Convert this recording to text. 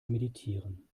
meditieren